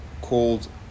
called